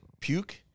puke